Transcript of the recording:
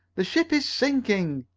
the ship is sinking!